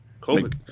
COVID